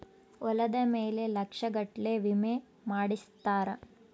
ಹೊಲದ ಮೇಲೆ ಲಕ್ಷ ಗಟ್ಲೇ ವಿಮೆ ಮಾಡ್ಸಿರ್ತಾರ